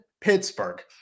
Pittsburgh